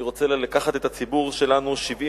אני רוצה לקחת את הציבור שלנו 72